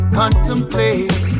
contemplate